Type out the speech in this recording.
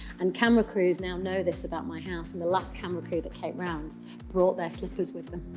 and camera crews now know this about my house. and the last camera crew that came around brought their slippers with them.